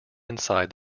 inside